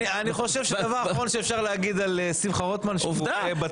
אני חושב שהדבר האחרון שאפשר להגיד על שמחה רוטמן שהוא --- בטל.